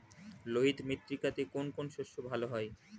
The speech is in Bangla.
লোহিত মৃত্তিকাতে কোন কোন শস্য ভালো হয়?